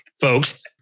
folks